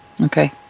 okay